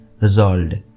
resolved